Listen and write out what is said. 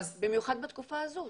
במיוחד בתקופה הזו,